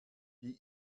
die